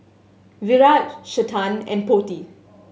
Virat Chetan and Potti